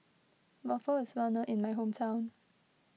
Waffle is well known in my hometown